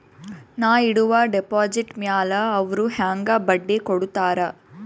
ನಾ ಇಡುವ ಡೆಪಾಜಿಟ್ ಮ್ಯಾಲ ಅವ್ರು ಹೆಂಗ ಬಡ್ಡಿ ಕೊಡುತ್ತಾರ?